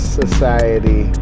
society